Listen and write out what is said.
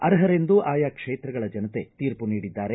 ಅರ್ಹರೆಂದು ಆಯಾ ಕ್ಷೇತ್ರಗಳ ಜನತೆ ತೀರ್ಪು ನೀಡಿದ್ದಾರೆ